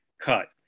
cut